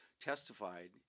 testified